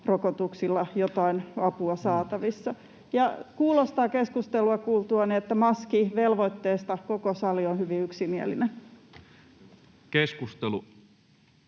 rokotuksilla jotain apua saatavissa. Keskustelua kuultuani kuulostaa siltä, että maskivelvoitteesta koko sali on hyvin yksimielinen. [Speech